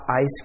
ice